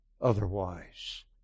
otherwise